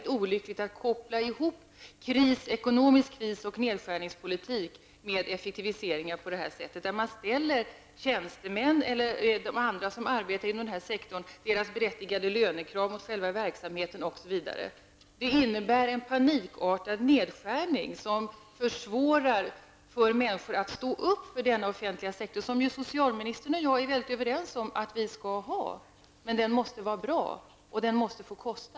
Det är olyckligt att koppla ihop ekonomisk kris och nedskärningspolitik med effektiviseringar på detta sätt, dvs. genom att ställa berättigade lönekrav från tjänstemän eller andra som arbetar inom denna sektor mot verksamheten som sådan. Det är fråga om en panikartad nedskärning, som försvårar för människor att stå upp för den offentliga sektorn, som socialministern och jag är helt överens om att man skall ha. Den måste dock vara bra, och den måste få kosta.